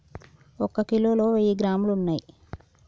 ఒక కిలోలో వెయ్యి గ్రాములు ఉన్నయ్